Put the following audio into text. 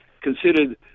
considered